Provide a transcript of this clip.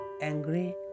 angry